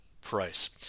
price